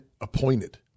appointed